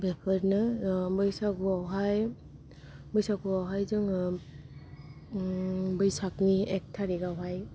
बेफोरनो बैसागु आवहाय बैसागु आवहाय जोङो बैसागनि एक थारिक आवहाय